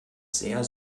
sehr